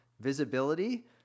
visibility